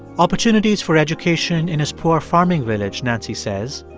opportunities for education in his poor farming village, nancy says,